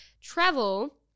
travel